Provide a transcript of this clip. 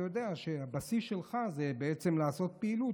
אתה יודע שהבסיס שלך זה בעצם לעשות פעילות.